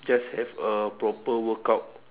just have a proper workout